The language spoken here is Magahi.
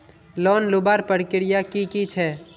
लोन लुबार प्रक्रिया की की छे?